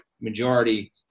majority